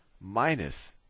minus